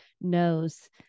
knows